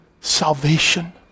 salvation